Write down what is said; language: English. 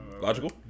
Logical